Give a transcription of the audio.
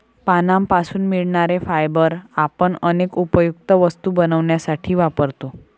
पानांपासून मिळणारे फायबर आपण अनेक उपयुक्त वस्तू बनवण्यासाठी वापरतो